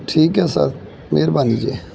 ਠੀਕ ਹੈ ਸਰ ਮਿਹਰਬਾਨੀ ਜੀ